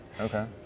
Okay